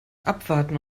abwarten